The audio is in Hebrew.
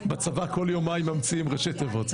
בצבא כל יומיים ממציאים ראשי תיבות,